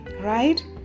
right